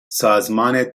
سازمان